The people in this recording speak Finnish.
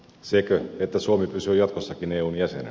sekö että suomi pysyy jatkossakin eun jäsenenä